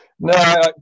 No